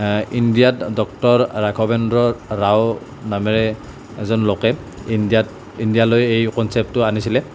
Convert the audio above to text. ইণ্ডিয়াত ডঃ ৰাঘৱেন্দ্ৰ ৰাও নামেৰে এজন লোকে ইণ্ডিয়াত ইণ্ডিয়ালৈ এই কনচেপ্টটো আনিছিলে